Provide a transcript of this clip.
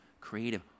creative